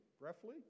roughly